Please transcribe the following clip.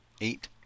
eight